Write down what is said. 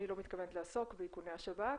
אני לא מתכוונת לעסוק באיכוני השב"כ.